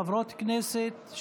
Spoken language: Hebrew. חברות כנסת,